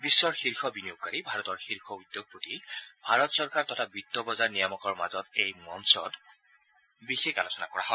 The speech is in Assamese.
বিশ্বৰ শীৰ্ষ বিনিয়োগকাৰী ভাৰতৰ শীৰ্ষ উদ্যোগপতি ভাৰত চৰকাৰ তথা বিত্ত বজাৰ নিয়ামকৰ মাজত এই মঞ্চত বিশেষ আলোচনা কৰা হয়